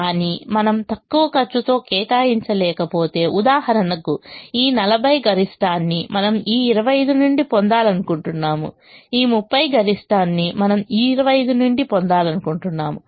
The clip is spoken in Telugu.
కానీ మనము తక్కువ ఖర్చుతో కేటాయించలేకపోతే ఉదాహరణకు ఈ 40 గరిష్టాన్ని మనం ఈ 25 నుండి పొందాలనుకుంటున్నాము ఈ 30 గరిష్టాన్ని మనం ఈ 25 నుండి పొందాలనుకుంటున్నాము